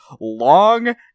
long